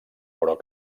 però